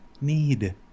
need